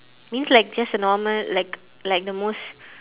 means like just a normal like like the most